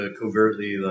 covertly